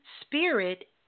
spirit